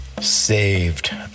saved